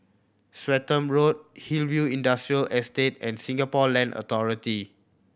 Swettenham Road Hillview Industrial Estate and Singapore Land Authority